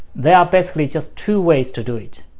there are basically just two ways to do it.